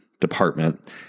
department